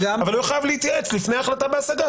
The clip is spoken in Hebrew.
אבל הוא יהיה חייב להתייעץ לפני החלטה בהשגה